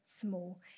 small